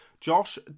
Josh